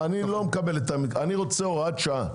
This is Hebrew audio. אני רוצה הוראת שעה.